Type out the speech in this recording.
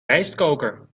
rijstkoker